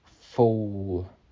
full